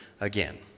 again